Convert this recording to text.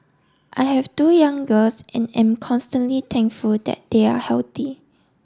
I have two young girls and am am constantly thankful that they are healthy